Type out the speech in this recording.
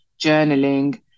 journaling